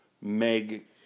Meg